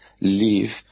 leave